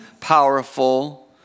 powerful